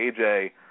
AJ